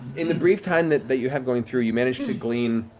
in the brief time that but you have going through, you manage to glean,